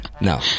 No